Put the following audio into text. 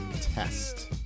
test